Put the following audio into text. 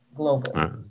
global